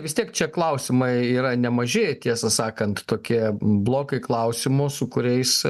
vis tiek čia klausimai yra nemaži tiesą sakant tokie blokai klausimų su kuriais